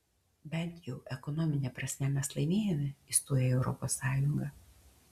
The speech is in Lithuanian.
bent jau ekonomine prasme mes laimėjome įstoję į europos sąjungą